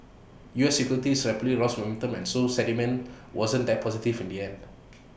us equities rapidly lost momentum and so sentiment wasn't that positive from the end